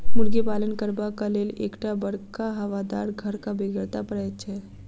मुर्गी पालन करबाक लेल एक टा बड़का हवादार घरक बेगरता पड़ैत छै